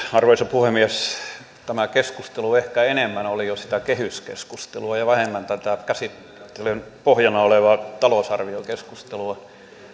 arvoisa puhemies tämä keskustelu ehkä enemmän oli jo sitä kehyskeskustelua ja vähemmän tätä käsittelyn pohjana olevaa talousarviokeskustelua